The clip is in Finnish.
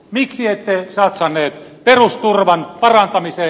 miksi ette satsanneet perusturvan parantamiseen